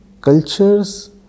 Cultures